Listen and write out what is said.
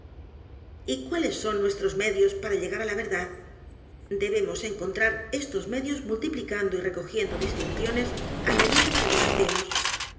y cuáles son nuestros medios p a r a l l e g a r á la verdad debemos encontrar estos medios multiplicando y recogiendo distinciones á medida que adelantemos